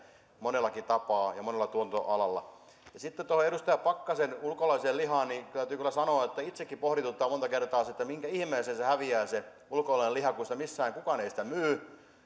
monellakin tapaa ja monella tuotantoalalla sitten tuohon edustaja pakkasen esiintuomaan ulkolaiseen lihaan täytyy kyllä sanoa että itsekin pohdituttaa monta kertaa se mihinkä ihmeeseen häviää se ulkolainen liha kun kukaan ei sitä myy